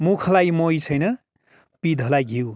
मुखलाई मोही छैन पिँधलाई घिउ